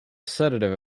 sedative